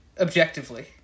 objectively